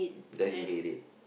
that's you hate it